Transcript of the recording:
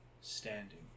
standing